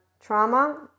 trauma